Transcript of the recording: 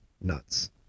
nuts